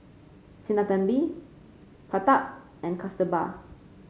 Sinnathamby Pratap and Kasturba